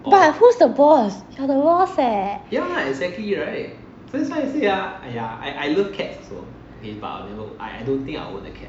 but who's the boss I'm the boss leh